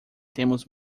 temos